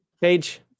Page